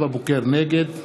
נגד